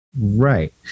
Right